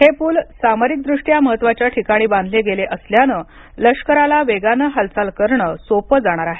हे पूल सामरिकदृष्ट्या महत्वाच्या ठिकाणी बांधले गेले असल्यानं लष्कराला वेगानं हालचाल करणं सोपं जाणार आहे